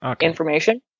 information